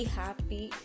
happy